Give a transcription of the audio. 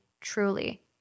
Truly